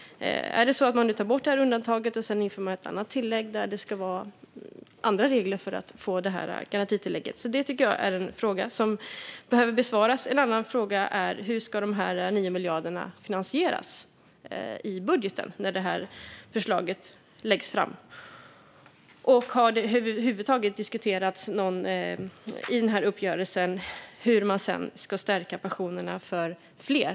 Är det så man nu tar bort undantaget och sedan inför ett annat tillägg där det ska vara andra regler för att få garantitillägget? Det tycker jag är en fråga som behöver besvaras. En annan fråga är: Hur ska de 9 miljarderna finansieras i budgeten när förslaget läggs fram? Har det över huvud taget diskuterats i uppgörelsen hur man sedan ska stärka pensionerna för fler?